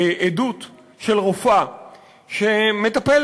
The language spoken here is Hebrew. עדות של רופאה שמטפלת,